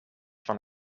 van